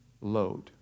load